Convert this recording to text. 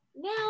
now